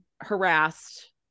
harassed